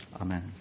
Amen